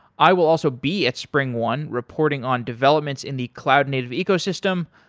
i will also be at springone reporting on developments in the cloud-native ecosystem.